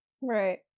Right